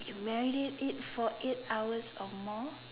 you marinade it for eight hours or more